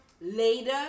later